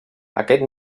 aquest